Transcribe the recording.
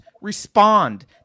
respond